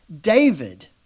David